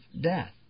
death